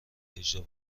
اجرا